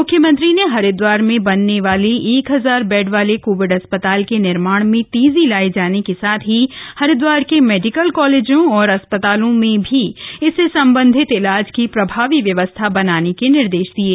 मुख्यमंत्री ने हरिदवार में बनने वाले एक हजार बेड वाले कोविड हास्पिटल के निर्माण मे तेजी लाये जाने के साथ ही हरिदवार के मेडिकल कालेजों और अस्पतालों में भी इससे संबंधित इलाज की प्रभावी व्यवस्था बनाने के निर्देश दिये